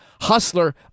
hustler